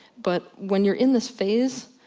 but, when you're in this phase,